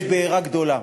יש בעירה גדולה.